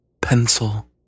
Pencil